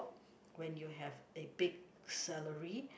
when you have a big salary